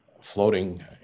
floating